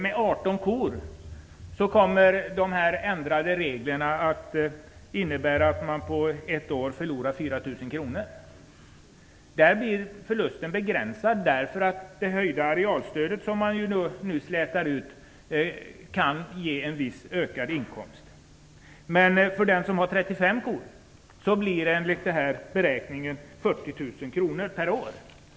Med 18 kor kommer de ändrade reglerna att innebära att man på ett år förlorar 4 000 kronor. Förlusten blir begränsad därför att det höjda arealstöd som man nu slätar ut kan ge en viss ökad inkomst. Men för den som har 35 kor blir det enligt denna beräkning en minskning av 40 000 kronor per år.